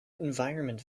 environment